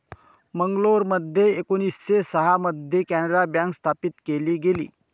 मंगलोरमध्ये एकोणीसशे सहा मध्ये कॅनारा बँक स्थापन केली गेली